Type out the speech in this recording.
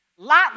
Lot